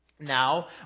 Now